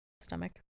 stomach